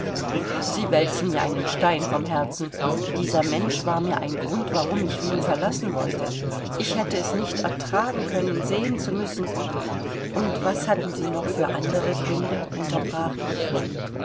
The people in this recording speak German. sie wälzen mir einen stein vom herzen dieser mensch war mit ein grund warum ich wien verlassen wollte ich hätte es nicht ertragen können sehen zu müssen und was hatten sie noch für andere gründe unterbrach ich